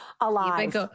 alive